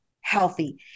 healthy